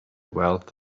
wealth